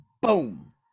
Boom